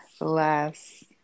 last